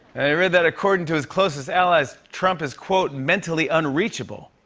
i read that, according to his closest allies, trump is, quote, mentally unreachable,